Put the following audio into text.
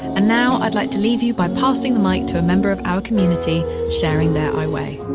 and now i'd like to leave you by passing the mic to a member of our community sharing their i weigh